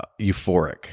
euphoric